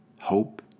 hope